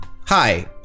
Hi